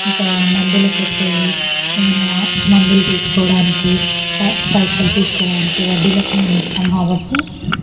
ఇంకా మందులు కొట్టేది ఏమైనా మందులు తీసుకోవడానికి ప పైసలు తీసుకోవడానికి వడ్డీలకి మేం ఇస్తాము కాబట్టి